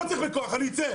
לא צריך בכוח, אני אצא.